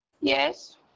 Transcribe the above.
Yes